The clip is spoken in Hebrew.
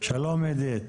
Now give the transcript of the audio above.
שלום לך.